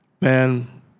man